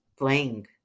playing